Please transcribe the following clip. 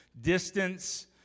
distance